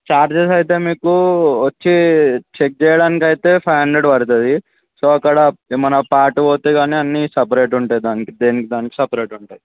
charges అయితే మీకు వచ్చీ చెక్చేయడానికి అయితే ఫైవ్ హండ్రెడ్ పడుతుంది సొ అక్కడ ఏమన్నా పార్ట్ పోతే గానీ అన్నీ సెపరేట్ ఉంటుంది దానికి దేనికి దానికి సెపరేట్ ఉంటుంది